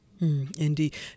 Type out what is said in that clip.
Indeed